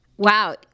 Wow